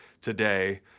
today